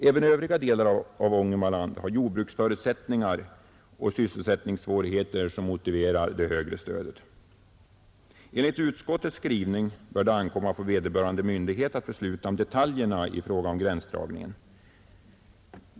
Även övriga delar av Ångermanland har jordbruksförutsättningar och sysselsättningssvårigheter som motiverar det högre stödet. Enligt utskottets skrivning bör det ankomma på vederbörande myndighet att besluta om detaljerna i fråga om gränsdragningen.